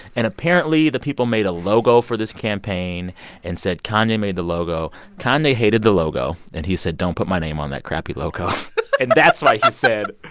and apparently the people made a logo for this campaign and said kanye made the logo. kanye hated the logo. and he said, don't put my name on that crappy logo and that's why he said,